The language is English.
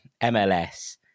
MLS